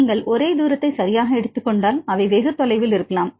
நீங்கள் ஒரே தூரத்தை சரியாக எடுத்துக் கொண்டால் அவை வெகு தொலைவில் இருக்கலாம்